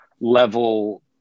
level